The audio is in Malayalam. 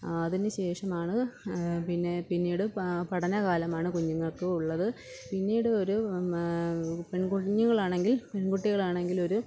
അതിനുശേഷമാണ് പിന്നെ പിന്നീട് പഠനകാലമാണ് കുഞ്ഞുങ്ങൾക്ക് ഉള്ളത് പിന്നീട് ഒരു പെൺകുഞ്ഞുങ്ങൾ ആണെങ്കിൽ പെൺ കുട്ടികൾ ആണെങ്കിൽ ഒരു